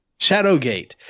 Shadowgate